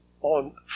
on